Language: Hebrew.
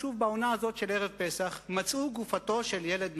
שוב בעונה הזאת של ערב פסח מצאו את גופתו של ילד נוצרי,